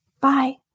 Bye